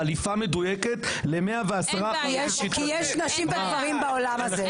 חליפה מדויקת לכ-110 אנשים --- כי יש גברים ונשים בעולם הזה,